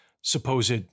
supposed